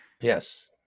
Yes